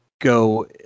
go